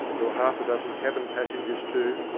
there were half a dozen cabin passengers, too,